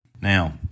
Now